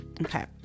Okay